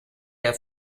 der